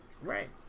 Right